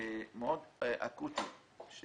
אקוטי מאוד.